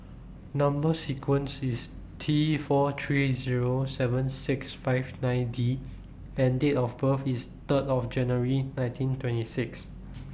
Number sequence IS T four three Zero seven six five nine D and Date of birth IS Third of January nineteen twenty six